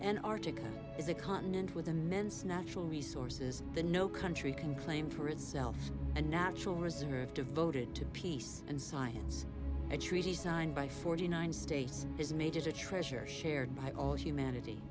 an article is a continent with immense natural resources the no country can claim for itself a natural reserve devoted to peace and science a treaty signed by forty nine states is a major treasure shared by all humanity